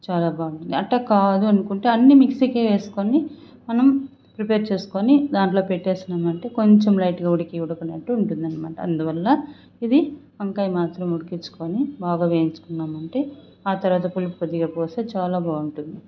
చాలా బాగు అట్టా కాదు అనుకుంటే అన్నీ మిక్సీ కేసేసుకొని మనం ప్రిపేర్ చేసుకొని దాంట్లో పెట్టేసినామంటే కొంచెం లైట్గా ఉడికి ఉడకనట్టు ఉంటుందనమాట అందువల్ల ఇది వంకాయ మాత్రమే ఉడికించుకొని బాగా వేయించుకున్నామంటే ఆ తరువాత పులుపు కొద్దిగా పోశామంటే చాలా బాగుంటుంది